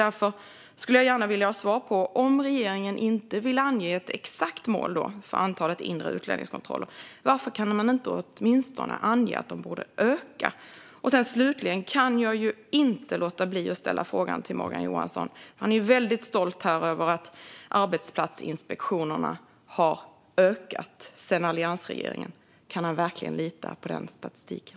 Jag vill därför få svar på min fråga. Om regeringen inte vill ange ett exakt mål för antalet inre utlänningskontroller, varför kan man inte åtminstone ange att de borde öka? Slutligen kan jag inte låta bli att ställa ännu en fråga till Morgan Johansson. Han är väldigt stolt över att antalet arbetsplatsinspektioner har ökat sedan alliansregeringen. Kan han verkligen lita på den statistiken?